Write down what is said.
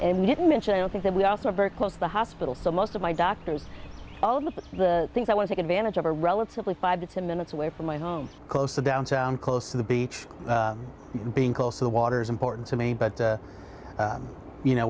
and didn't mention i don't think that we also are very close to the hospital so most of my doctors all of the things i want take advantage of a relatively five to ten minutes away from my home close to downtown close to the beach being close to the water's important to me but you know